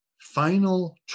final